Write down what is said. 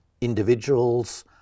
individuals